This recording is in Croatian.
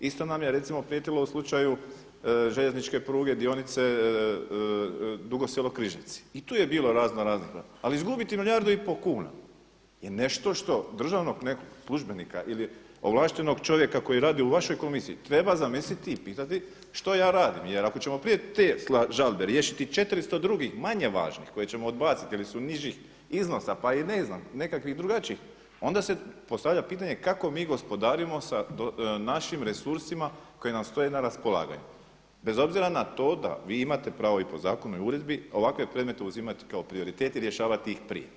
Isto nam je recimo prijetilo u slučaju željezničke pruge dionice Dugo Selo-Križevci i tu je bilo ….ali izgubiti milijardu i pol kuna je nešto što državnog nekog službenika ili ovlaštenog čovjeka koji radi u vašoj komisiji treba zamisliti i pitati što ja radim jer ako ćemo prije te žalbe riješiti 400 drugih manje važnih koje ćemo odbaciti jel su nižih iznosa pa i ne znam nekakvih drugačijih onda se postavlja pitanje kako mi gospodarimo sa našim resursima koji nam stoje na raspolaganju bez obzira nato da vi imate pravo i po zakonu i uredbi ovakve predmete uzimati kao prioritet i rješavati ih prije.